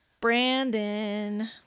Brandon